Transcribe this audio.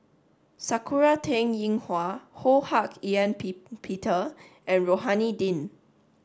Sakura Teng Ying Hua Ho Hak Ean Peter and Rohani Din